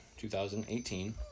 2018